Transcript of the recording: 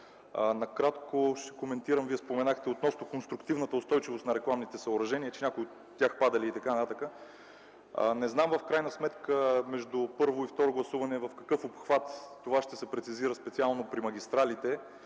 Иванов, ще коментирам накратко, споменахте конструктивната устойчивост на рекламните съоръжения, че някои от тях падали и така нататък, не знам в крайна сметка между първо и второ гласуване в какъв обхват това ще се прецизира – специално при магистралите,